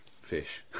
fish